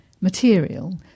material